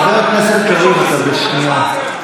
חבר הכנסת קריב, אתה בשנייה.